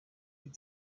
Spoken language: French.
plus